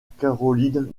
caroline